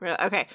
Okay